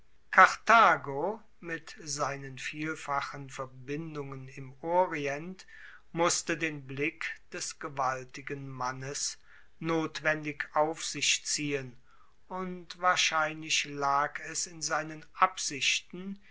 karthago mit seinen vielfachen verbindungen im orient musste den blick des gewaltigen mannes notwendig auf sich ziehen und wahrscheinlich lag es in seinen absichten